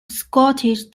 scottish